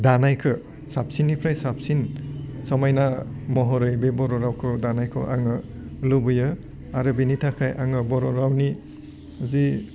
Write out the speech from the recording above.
दानायखौ साबसिननिफ्राय साबसिन समायना महरै बे बर' रावखौ दानायखौ आङो लुबैयो आरो बिनि थाखाय आङो बर' रावनि जि